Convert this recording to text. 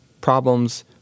problems